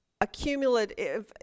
accumulative